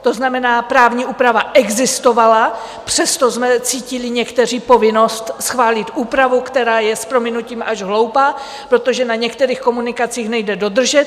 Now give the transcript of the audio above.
To znamená, právní úprava existovala, přesto jsme cítili někteří povinnost schválit úpravu, která je s prominutím až hloupá, protože na některých komunikacích nejde dodržet.